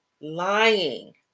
lying